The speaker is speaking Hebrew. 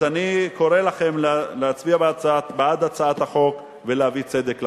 אז אני קורא לכם להצביע בעד הצעת החוק ולהביא צדק לחיילים.